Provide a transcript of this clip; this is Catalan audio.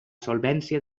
solvència